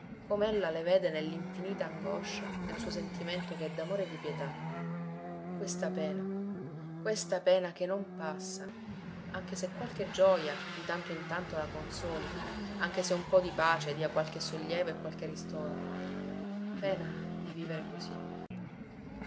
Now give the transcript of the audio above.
com'ella le vede nell'infinita angoscia del suo sentimento che è d'amore e di pietà questa pena questa pena che non passa anche se qualche gioja di tanto in tanto la consoli anche se un po di pace dia qualche sollievo e qualche ristoro pena di vivere così